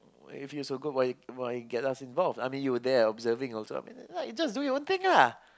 why you feel so good but you you get us involve I mean you were there also you just do your own thing lah